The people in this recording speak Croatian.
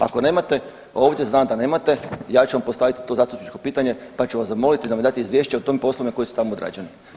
Ako nemate ovdje znam da nemate ja ću vam postaviti to zastupničko pitanje pa ću vam zamoliti da mi date izvješće o tim poslovima koji su tamo odrađeni.